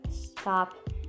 stop